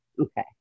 Okay